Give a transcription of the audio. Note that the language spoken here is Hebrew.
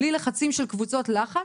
בלי לחצים של קבוצות לחץ,